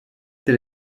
tel